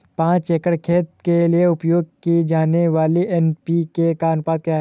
पाँच एकड़ खेत के लिए उपयोग की जाने वाली एन.पी.के का अनुपात क्या है?